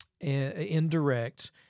indirect